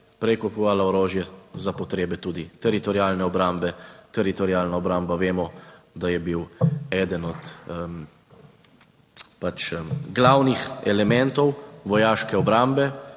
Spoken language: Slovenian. prej kupovala orožje za potrebe tudi Teritorialne obrambe, Teritorialna obramba vemo, da je bil eden od pač glavnih elementov vojaške obrambe.